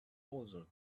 another